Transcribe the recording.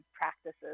practices